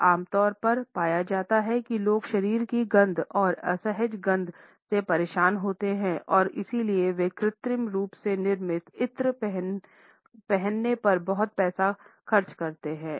यह आमतौर पर पाया जाता है कि लोग शरीर की गंध और असहज गंद से परेशान होते हैं और इसलिए वे कृत्रिम रूप से निर्मित इत्र पहनने पर बहुत पैसा खर्च करते हैं